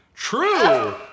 True